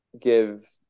give